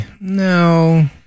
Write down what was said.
No